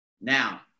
Now